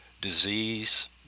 disease